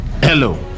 Hello